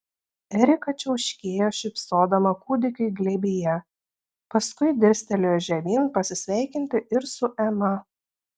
erika čiauškėjo šypsodama kūdikiui glėbyje paskui dirstelėjo žemyn pasisveikinti ir su ema